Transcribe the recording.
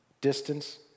distance